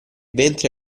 ventre